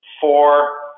four